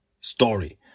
story